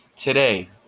Today